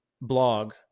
blog